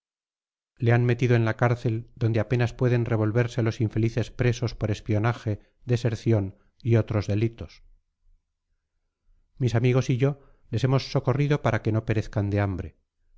le han metido en la cárcel donde apenas pueden revolverse los infelices presos por espionaje deserción y otros delitos mis amigos y yo les hemos socorrido para que no perezcan de hambre